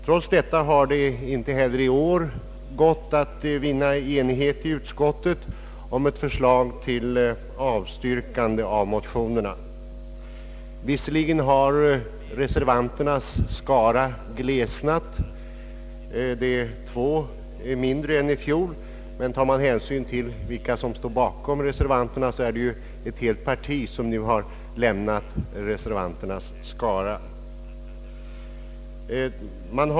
Trots detta har det inte heller i år gått att vinna enighet i utskottet om ett förslag till avstyrkande av motionerna. Dock har reservanternas skara glesnat, de är två mindre än i fjol, och tar man hänsyn till vilka som står bakom reservanterna, är det stora delar av ett parti som nu lämnat reservanternas skara.